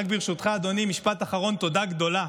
רק ברשותך, אדוני, משפט אחרון: תודה גדולה